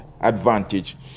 advantage